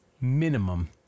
minimum